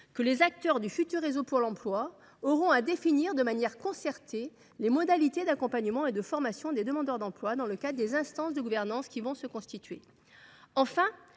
que les acteurs du futur réseau pour l’emploi auront à définir de manière concertée les modalités d’accompagnement et de formation des demandeurs d’emploi dans le cadre des instances de gouvernance qui vont se constituer.